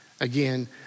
Again